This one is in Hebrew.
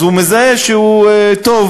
אז הוא מזהה שהוא טוב,